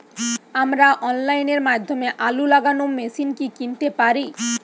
আমরা অনলাইনের মাধ্যমে আলু লাগানো মেশিন কি কিনতে পারি?